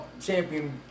champion